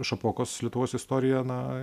šapokos lietuvos istorija na